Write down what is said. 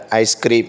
ice cream